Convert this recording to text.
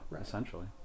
essentially